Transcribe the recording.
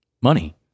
money